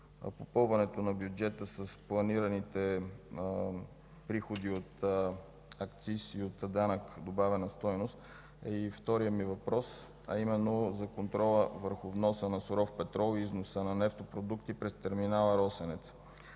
попълването на бюджета с планираните приходи от акциз и от данък добавена стойност е и вторият ми въпрос, а именно за контрола върху вноса на суров петрол и износа на нефтопродукти през терминал „Росенец”.